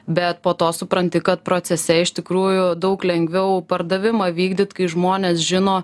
bet po to supranti kad procese iš tikrųjų daug lengviau pardavimą vykdyt kai žmonės žino